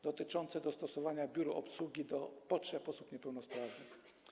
Chodzi o dostosowanie biur obsługi do potrzeb osób niepełnosprawnych.